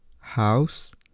house